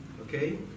Okay